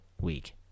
week